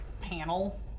panel